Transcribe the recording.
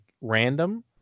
random